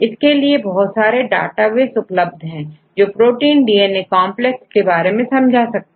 इसके लिए बहुत सारे डेटाबेस उपलब्ध है जो प्रोटीन डीएनए कांप्लेक्स के बारे में समझा सकते हैं